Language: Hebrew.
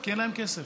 כי אין להם כסף.